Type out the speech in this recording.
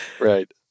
right